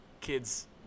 kids